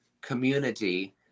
community